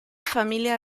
familia